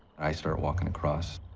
i start walking across,